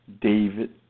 David